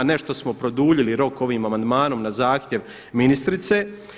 Nešto smo produljili rok ovim amandmanom na zahtjev ministrice.